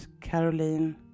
Caroline